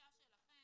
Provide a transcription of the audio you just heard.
תיקון